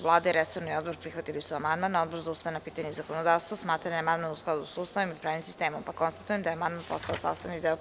Vlada i resorni odbor prihvatili su amandman, a Odbor za ustavna pitanja i zakonodavstvo smatra da je amandman u skladu sa Ustavom i pravnim sistemom, pa konstatujem da je amandman postao sastavni deo Predloga zakona.